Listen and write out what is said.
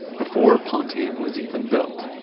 before ponte ah was even built.